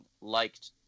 liked